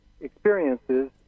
experiences